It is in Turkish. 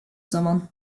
zaman